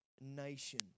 nation